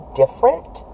different